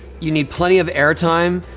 you need plenty of air time.